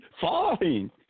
Falling